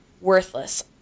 worthless